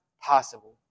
possible